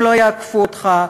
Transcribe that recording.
הם לא יעקפו אותך,